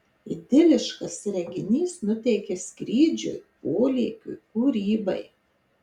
idiliškas reginys nuteikia skrydžiui polėkiui kūrybai